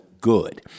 good